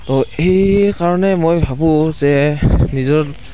ত' সেইকাৰণে মই ভাবো যে নিজৰ